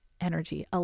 energy